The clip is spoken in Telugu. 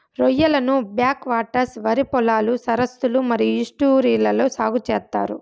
రొయ్యలను బ్యాక్ వాటర్స్, వరి పొలాలు, సరస్సులు మరియు ఈస్ట్యూరీలలో సాగు చేత్తారు